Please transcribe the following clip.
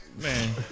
Man